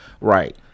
right